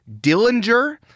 Dillinger